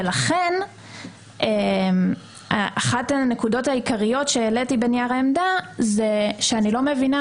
לכן אחת הנקודות העיקריות שהעליתי בנייר העמדה היא שאני לא מבינה